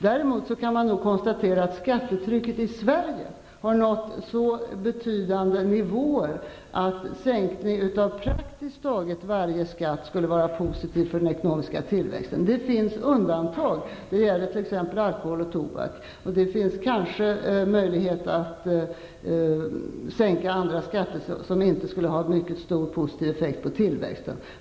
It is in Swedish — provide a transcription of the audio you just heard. Däremot kan vi konstatera att skattetrycket i Sverige har nått så betydande nivåer att en sänkning av praktiskt taget varje skatt skulle vara positiv för den ekonomiska tillväxten. Det finns undantag. Det gäller t.ex. alkohol och tobak. Det finns kanske möjlighet att sänka andra skatter som inte skulle ha någon stor positiv effekt på tillväxten.